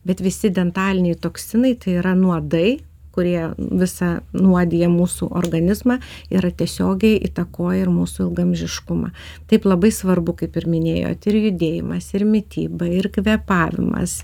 bet visi dentaliniai toksinai tai yra nuodai kurie visą nuodija mūsų organizmą yra tiesiogiai įtakoja ir mūsų ilgaamžiškumą taip labai svarbu kaip ir minėjot ir judėjimas ir mityba ir kvėpavimas